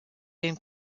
den